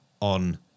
on